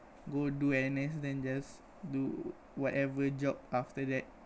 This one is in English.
go do N_S then just do whatever job after that